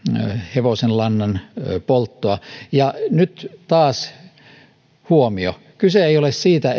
hevosenlannan polttoa ja huomio kyse ei ole siitä